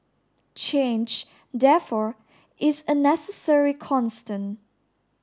change therefore is a necessary constant